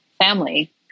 family